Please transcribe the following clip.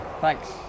Thanks